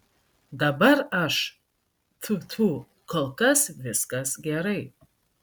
dabar aš tfu tfu kol kas viskas gerai